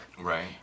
Right